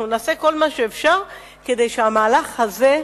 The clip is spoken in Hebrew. אנחנו נעשה כל מה שאפשר כדי שהמהלך הזה,